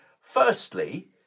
Firstly